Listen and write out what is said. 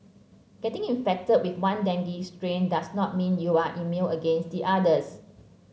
getting infected with one dengue strain does not mean you are immune against the others